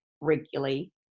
regularly